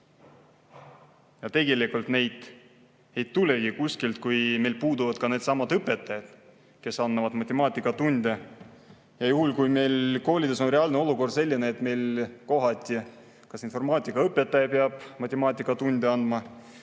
Tegelikult neid ei tulegi kuskilt, kui meil puuduvad needsamad õpetajad, kes annavad matemaatikatunde. Juhul, kui meil koolides on reaalne olukord selline, et kohati kas informaatikaõpetaja peab matemaatikatunde andma